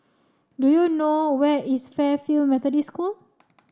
do you know where is Fairfield Methodist School